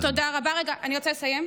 רגע, אני רוצה לסיים.